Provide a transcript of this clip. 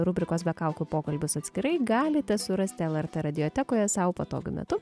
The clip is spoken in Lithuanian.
rubrikos be kaukių pokalbius atskirai galite surasti lrt radiotekoje sau patogiu metu